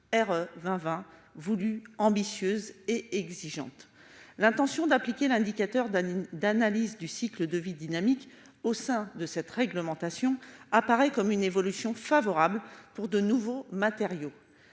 R 20 20 voulue ambitieuse et exigeante, l'intention d'appliquer l'indicateur de d'analyse du cycle de vie dynamique au sein de cette réglementation, apparaît comme une évolution favorable pour de nouveaux matériaux,